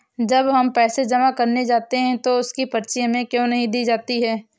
जब हम पैसे जमा करने जाते हैं तो उसकी पर्ची हमें क्यो नहीं दी जाती है?